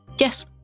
Yes